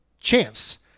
chance